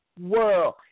world